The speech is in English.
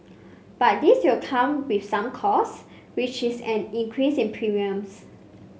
but this will come with some costs which is an increase in premiums